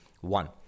one